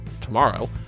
tomorrow